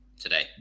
Today